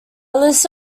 list